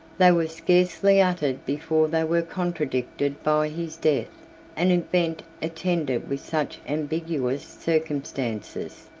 they were scarcely uttered before they were contradicted by his death an event attended with such ambiguous circumstances,